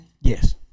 Yes